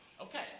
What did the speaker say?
Okay